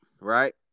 right